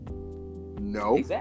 No